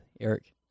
Eric